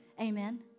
Amen